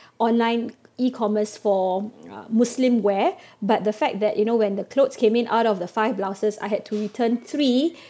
online E-commerce for uh muslim wear but the fact that you know when the clothes came in out of the five blouses I had to return three